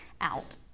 out